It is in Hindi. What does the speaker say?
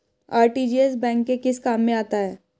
आर.टी.जी.एस बैंक के किस काम में आता है?